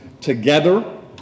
together